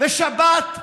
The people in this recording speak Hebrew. ושבת,